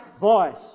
voice